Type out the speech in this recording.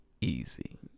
Easy